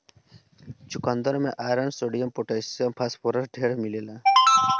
चुकन्दर में iron, sodium, potassium, phosphorus ढेर मिलेला